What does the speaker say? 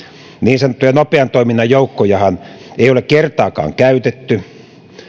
niin sanottuja nopean toiminnan joukkojahan ei ole kertaakaan käytetty